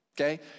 Okay